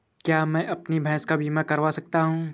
क्या मैं अपनी भैंस का बीमा करवा सकता हूँ?